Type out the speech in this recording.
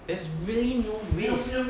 there's really no risk